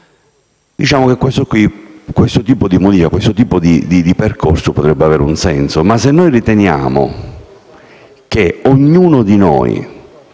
partito, questo tipo di modifica e questo tipo di percorso potrebbero avere un senso. Ma se noi riteniamo che ognuno di noi